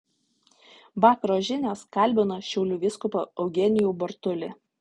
vakaro žinios kalbina šiaulių vyskupą eugenijų bartulį